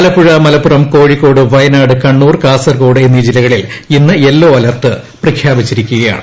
ആലപ്പുഴ മലപ്പുറം കോഴിക്കോട് വയനാട് കണ്ണൂർ കാസർഗോഡ് എന്നീ ജില്ലകളിൽ ഇന്ന് യെല്ലോ അലെർട്ട് പ്രഖ്യാപിച്ചിരിക്കുകയാണ്